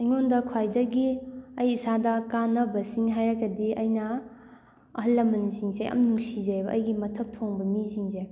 ꯑꯩꯉꯣꯟꯗ ꯈ꯭ꯋꯥꯏꯗꯒꯤ ꯑꯩ ꯏꯁꯥꯗ ꯀꯥꯟꯅꯕꯁꯤꯡ ꯍꯥꯏꯔꯒꯗꯤ ꯑꯩꯅ ꯑꯍꯜ ꯂꯃꯜꯁꯤꯡꯁꯦ ꯌꯥꯝ ꯅꯨꯡꯁꯤꯖꯩꯌꯦꯕ ꯑꯩꯒꯤ ꯃꯊꯛ ꯊꯣꯡꯕ ꯃꯤꯁꯤꯡꯁꯦ